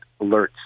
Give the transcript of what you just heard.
alerts